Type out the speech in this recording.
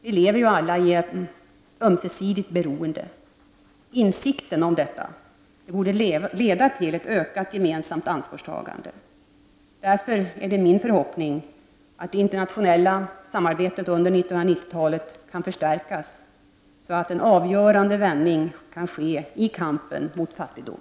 Vi lever alla i ett ömsesidigt beroende. Insikten om detta borde leda till ett ökat gemensamt ansvarstagande. Därför är det min förhoppning att det internationella samarbetet under 1990-talet kan förstärkas så att en avgörande vändning kan ske i kampen mot fattigdom.